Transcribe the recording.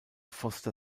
foster